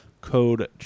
code